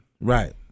right